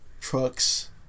trucks